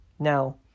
Now